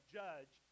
judge